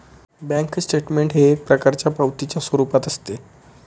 bank statement हे एक प्रकारच्या पावतीच्या स्वरूपात असते